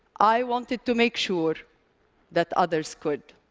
i wanted to make sure that others could.